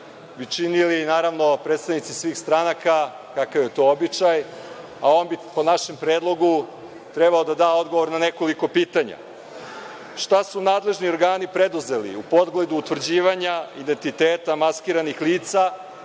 bi činili naravno predstavnici svih stranaka, kakav je to običaj, a on bi po našem predlogu trebao da da odgovor na nekoliko pitanja – šta su nadležni organi preduzeli u pogledu utvrđivanja identiteta maskiranih lica